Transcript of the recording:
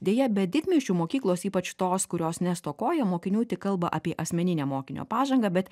deja bet didmiesčių mokyklos ypač tos kurios nestokoja mokinių tik kalba apie asmeninę mokinio pažangą bet